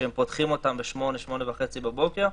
שפותחים אותן ב-08:00-08:30 בבוקר.